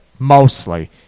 mostly